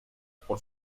por